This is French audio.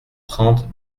trente